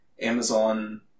Amazon